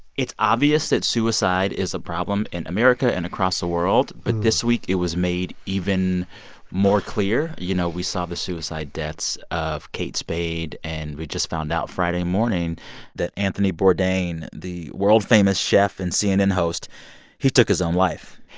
it's obvious that suicide is a problem in america and across the world. but this week, it was made even more clear. you know, we saw the suicide deaths of kate spade. and we just found out friday morning that anthony bourdain, the world famous chef and cnn host he took his own life.